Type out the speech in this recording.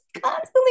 constantly